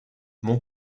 mon